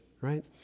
right